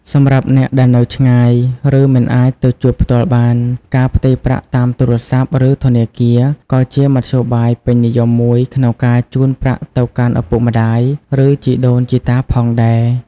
សម្រាប់អ្នកដែលនៅឆ្ងាយ ឬមិនអាចទៅជួបផ្ទាល់បាន ការផ្ទេរប្រាក់តាមទូរស័ព្ទ ឬធនាគារ ក៏ជាមធ្យោបាយពេញនិយមមួយក្នុងការជូនប្រាក់ទៅកាន់ឪពុកម្តាយ ឬជីដូនជីតាផងដែរ។